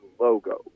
logo